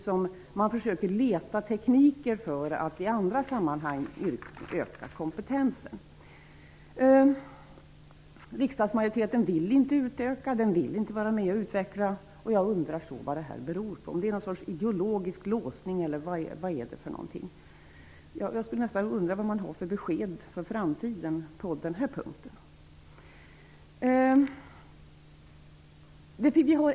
Samtidigt försöker man ju finna tekniker för att i andra sammanhang öka kompetensen. Riksdagsmajoriteten vill inte ha en utökning. Den vill inte vara med och utveckla det här. Jag undrar verkligen vad det beror på. Beror det på ett slags ideologisk låsning, eller vad? Själv undrar jag över beskeden för framtiden på den här punkten.